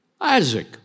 Isaac